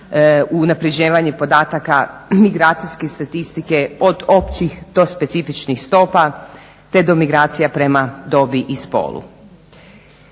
unapređivanje podataka migracijske statistike od općih do specifičnih stopa te do migracija prema dobi i spolu.